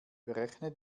berechne